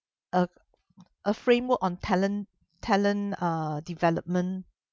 a a framework on talent talent uh development